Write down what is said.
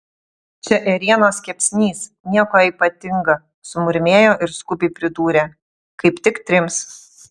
čia ėrienos kepsnys nieko ypatinga sumurmėjo ir skubiai pridūrė kaip tik trims